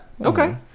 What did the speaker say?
Okay